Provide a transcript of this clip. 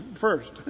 first